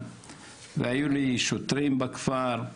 בבקשה, אדוני.